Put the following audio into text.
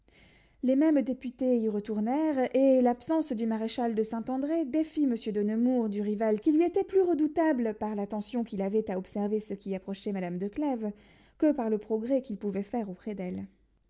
les mêmes députés y retournèrent et l'absence du maréchal de saint-andré défit monsieur de nemours du rival qui lui était plus redoutable tant par l'attention qu'il avait à observer ceux qui approchaient madame de clèves que par le progrès qu'il pouvait faire auprès d'elle